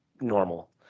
normal